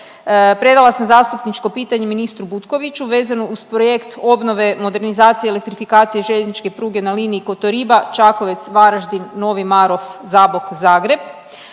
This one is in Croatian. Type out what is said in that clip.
predala sam zastupničko pitanje ministru Butkoviću vezano uz projekt obnove, modernizacije, elektrifikacije željezničke pruge na liniji Kotoriba – Čakovec – Varaždin – Novi Marof – Zabok – Zagreb.